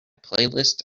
playlist